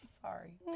sorry